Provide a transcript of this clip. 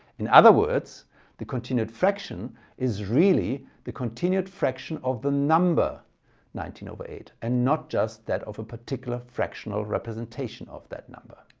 in other words the continued fraction is really the continued fraction of the number nineteen over eight and not just that of a particular fractional representation of that number.